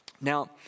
Now